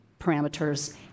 parameters